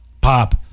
Pop